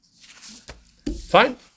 Fine